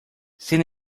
sin